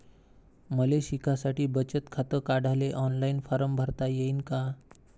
मले शिकासाठी बचत खात काढाले ऑनलाईन फारम भरता येईन का?